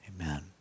Amen